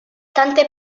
tante